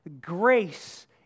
grace